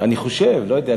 אני חושב, לא יודע.